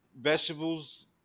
vegetables